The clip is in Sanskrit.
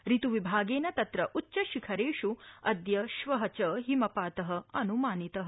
ऋतुविभागेन तत्र उच्च शिखरेषु अद्य श्वः च हिमपातः अनुमानितः